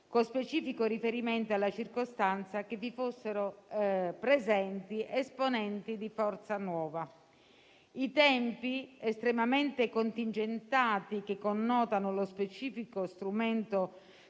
con specifico riferimento alla circostanza che vi fossero presenti esponenti di Forza Nuova. I tempi estremamente contingentati, che connotano lo specifico strumento